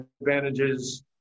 advantages